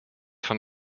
von